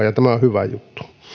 ja tämä on hyvä juttu